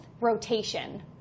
rotation